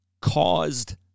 caused